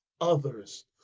others